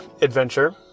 adventure